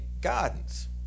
gardens